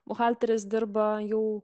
buhalteris dirba jau